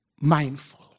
mindful